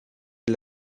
est